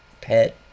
pet